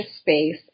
space